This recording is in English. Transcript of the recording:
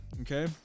Okay